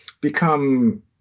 become